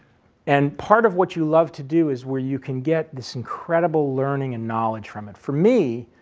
and part of what you love to do is where you can get this incredible learning and knowledge from it. for me,